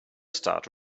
start